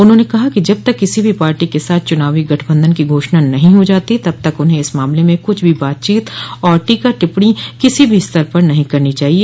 उन्होंने कहा कि जब तक किसी भी पार्टी के साथ चूनावी गठबंधन की घोषणा नहीं हो जाती तब तक उन्हें इस मामले में कुछ भी बातचीत और टीका टिप्पणी किसी भी स्तर पर नहीं करनी चाहिए